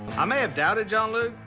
i may have doubted john luke,